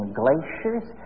glaciers